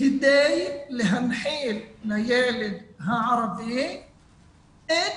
כדי להנחיל לילד הערבי את